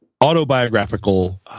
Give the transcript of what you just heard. autobiographical